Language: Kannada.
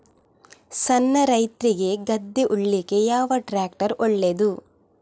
ಸಣ್ಣ ರೈತ್ರಿಗೆ ಗದ್ದೆ ಉಳ್ಳಿಕೆ ಯಾವ ಟ್ರ್ಯಾಕ್ಟರ್ ಒಳ್ಳೆದು?